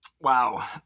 wow